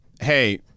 hey –